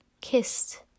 kissed